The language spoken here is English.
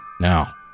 Now